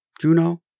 Juno